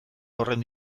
horren